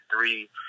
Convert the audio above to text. three